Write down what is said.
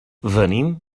venim